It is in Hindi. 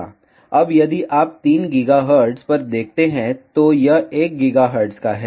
अब यदि आप 3 GHz पर देखते हैं तो यह 1 GHz का है